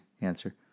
answer